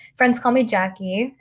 friends call me, jackie.